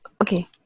okay